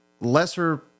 lesser